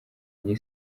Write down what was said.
njye